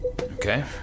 Okay